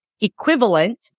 equivalent